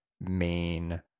main